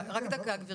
רק דקה, גברתי.